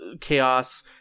Chaos